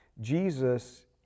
Jesus